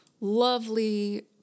lovely